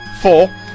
four